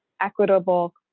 equitable